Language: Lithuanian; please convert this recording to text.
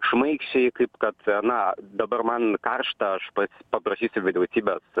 šmaikščiai kaip kad na dabar man karšta aš pas paprašysiu vyriausybės